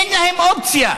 אין להם אופציה,